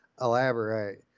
elaborate